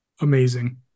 Amazing